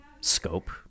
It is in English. scope